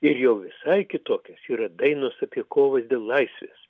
ir jau visai kitokios yra dainos apie kovas dėl laisvės